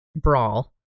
brawl